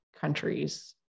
countries